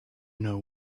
know